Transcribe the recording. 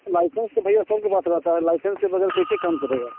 licence तो भैया सबके पास रहता है लाइसेंस के बग़ैर कैसे काम चलेगा